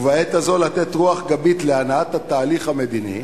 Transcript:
ובעת הזאת לתת רוח גבית להנעת התהליך המדיני,